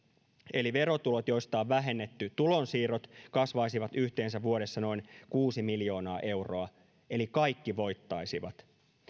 eli verotulot joista on vähennetty tulonsiirrot kasvaisivat yhteensä vuodessa noin kuusi miljoonaa euroa eli kaikki voittaisivat